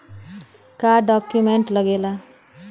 का डॉक्यूमेंट लागेला?